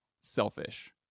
selfish